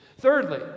Thirdly